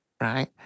Right